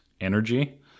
energy